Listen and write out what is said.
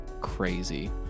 crazy